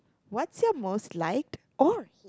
what's your most liked or